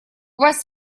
вас